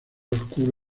oscuro